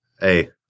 Hey